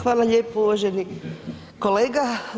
Hvala lijepo uvaženi kolega.